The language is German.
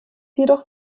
jedoch